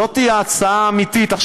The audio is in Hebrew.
זאת ההצעה האמיתית,